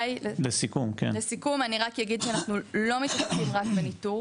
לסיכום, אני רק אגיד שאנחנו לא מתעסקים רק בניטור